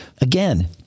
again